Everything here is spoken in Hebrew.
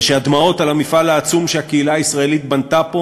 ושהדמעות על המפעל העצום שהקהילה הישראלית בנתה פה